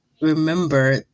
remember